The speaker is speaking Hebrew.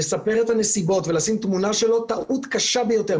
לספר את הנסיבות ולשים תמונה שלו זו טעות קשה ביותר,